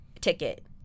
ticket